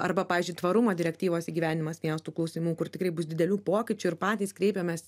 arba pavyzdžiui tvarumo direktyvos į gyvenimą vienas tų klausimų kur tikrai bus didelių pokyčių ir patys kreipėmės